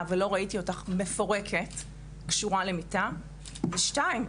ואמר לי שלא ראה אותי מפורקת קשורה למיטה ודבר שני,